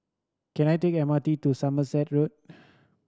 can I take M R T to Somerset Road